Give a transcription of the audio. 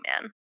Man